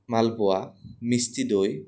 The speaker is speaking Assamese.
মালপোৱা মিষ্টি দৈ